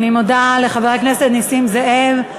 אני מודה לחבר הכנסת נסים זאב.